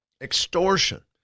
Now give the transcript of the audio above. Extortion